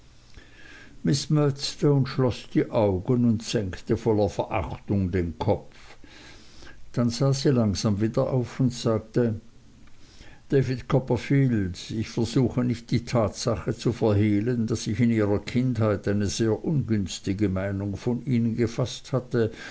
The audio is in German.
miß murdstone schloß die augen und senkte voller verachtung den kopf dann sah sie langsam wieder auf und sagte david copperfield ich versuche nicht die tatsache zu verhehlen daß ich in ihrer kindheit eine sehr ungünstige meinung von ihnen gefaßt hatte